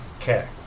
Okay